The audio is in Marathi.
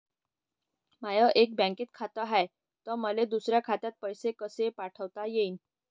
माय एका बँकेत खात हाय, त मले दुसऱ्या खात्यात पैसे कसे पाठवता येईन?